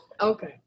Okay